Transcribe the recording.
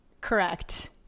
Correct